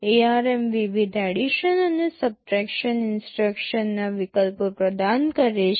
ARM વિવિધ addition અને subtraction ઇન્સટ્રક્શનના વિકલ્પો પ્રદાન કરે છે